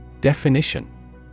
Definition